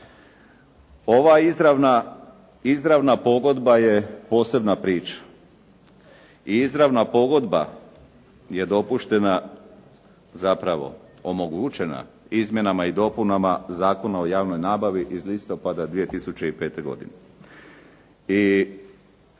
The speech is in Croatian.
Ova izravna pogodba je posebna priča i izravna pogodba je dopuštena, zapravo omogućena izmjenama i dopunama Zakona o javnoj nabavi iz listopada 2005. godine